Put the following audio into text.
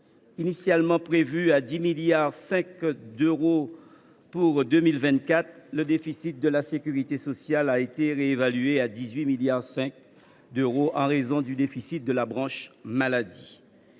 Initialement prévu à 10,5 milliards d’euros pour 2024, le déficit de la sécurité sociale a été réévalué à 18,5 milliards en raison du déficit de la branche maladie.